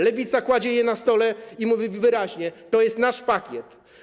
Lewica kładzie je na stole i mówi wyraźnie: to jest nasz pakiet.